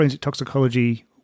toxicology